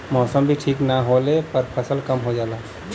मौसम भी ठीक न होले पर फसल कम हो जाला